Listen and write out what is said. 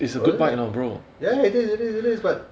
really meh ya it is it is it is but